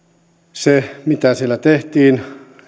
se mitä siellä tehtiin